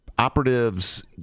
operatives